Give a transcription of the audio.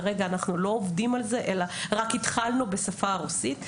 כרגע אנחנו לא עובדים על זה אלא רק התחלנו בשפה הרוסית.